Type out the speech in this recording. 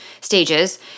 stages